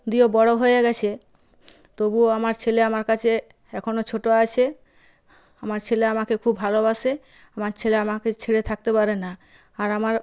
দিয়েও বড় হয়ে গেছে তবুও আমার ছেলে আমার কাছে এখনও ছোট আছে আমার ছেলে আমাকে খুব ভালোবাসে আমার ছেলে আমাকে ছেড়ে থাকতে পারে না আর আমার